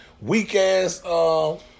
weak-ass